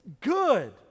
good